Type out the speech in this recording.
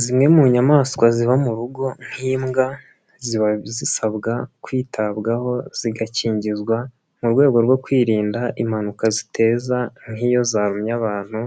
Zimwe mu nyamaswa ziba mu rugo nk'imbwa, ziba zisabwa kwitabwaho zigakingizwa mu rwego rwo kwirinda impanuka ziteza nk'iyo zatumye abantu,